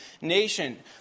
nation